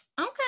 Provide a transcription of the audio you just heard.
okay